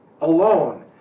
alone